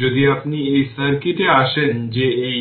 যদি আপনি এই সার্কিটে আসেন যে r এই